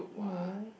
no